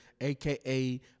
AKA